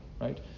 Right